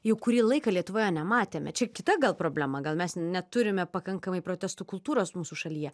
jau kurį laiką lietuvoje nematėme čia kita gal problema gal mes neturime pakankamai protestų kultūros mūsų šalyje